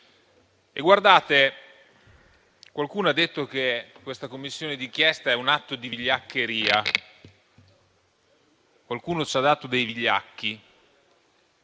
italiani. Qualcuno ha detto che questa Commissione d'inchiesta è un atto di vigliaccheria; qualcuno ci ha dato dei vigliacchi.